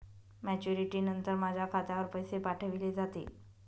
Maturity नंतर माझ्या खात्यावर पैसे पाठविले जातील?